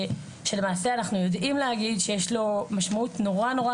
שלמעשה אנחנו יודעים להגיד שיש לו משמעות נורא נורא